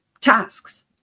tasks